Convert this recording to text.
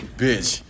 bitch